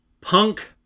Punk